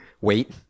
Wait